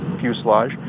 fuselage